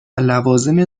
لوازم